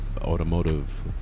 automotive